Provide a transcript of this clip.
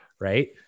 right